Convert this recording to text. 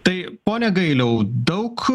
tai pone gailiau daug